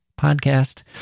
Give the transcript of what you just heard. podcast